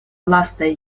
lastaj